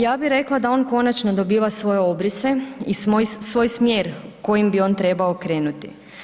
Ja bi rekla da on konačno dobiva svoje obrise i svoj smjer kojim bi on trebao krenuti.